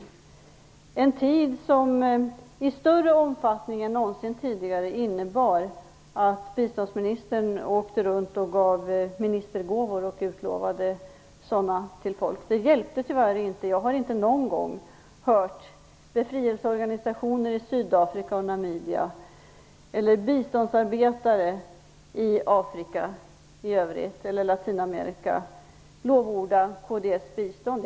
Det var en tid som i större omfattning än någonsin tidigare innebar att biståndsministern åkte runt och gav ministergåvor eller utlovade sådana till folk. Men det hjälpte tyvärr inte. Jag har inte någon gång hört befrielseorganisationer i Sydafrika och i Namibia eller biståndsarbetare i Afrika eller i Latinamerika lovorda kds bistånd.